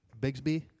Bigsby